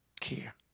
care